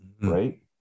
Right